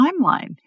timeline